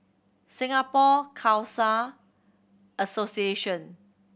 Singapore Khalsa Association